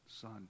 Son